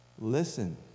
Listen